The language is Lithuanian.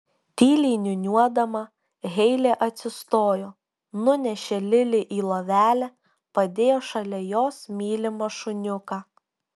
tyliai niūniuodama heilė atsistojo nunešė lili į lovelę padėjo šalia jos mylimą šuniuką